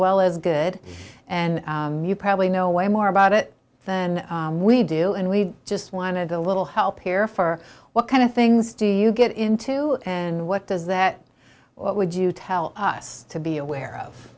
well as good and you probably know way more about it than we do and we just wanted a little help here for what kind of things do you get into and what does that what would you tell us to be aware of